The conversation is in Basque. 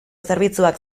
zerbitzuak